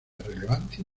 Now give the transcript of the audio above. relevancia